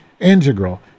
integral